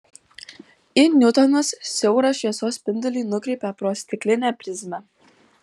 i niutonas siaurą šviesos spindulį nukreipė pro stiklinę prizmę